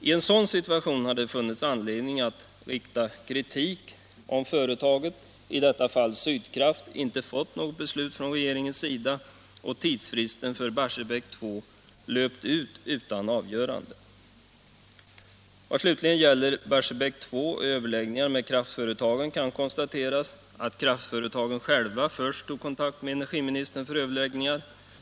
I en sådan situation hade det funnits anledning att framföra kritik om kraftföretaget, i detta fall Sydkraft, inte fått något beslut från regeringens sida och tidsfristen för Barsebäck 2 löpt ut utan avgörande. Vad slutligen gäller Barsebäck 2 och överläggningarna med kraftföretagen kan konstateras att kraftföretagen själva först tog kontakt med energiministern för överläggningar.